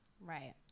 Right